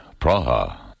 Praha